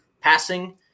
passing